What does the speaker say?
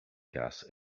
gas